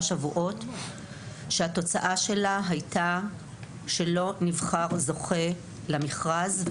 שבועות שהתוצאה שלה הייתה שלא נבחר זוכה למכרז.